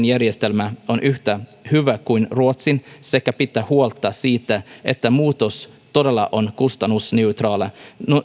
järjestelmä on yhtä hyvä kuin ruotsin sekä pidettävä huolta siitä että muutos todella on kustannusneutraali